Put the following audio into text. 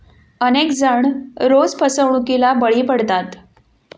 अनेक जण रोज फसवणुकीला बळी पडतात